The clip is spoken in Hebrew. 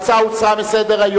ההצעה הוסרה מסדר-היום.